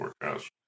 forecast